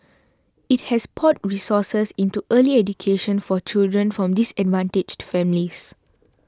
it has poured resources into early education for children from disadvantaged families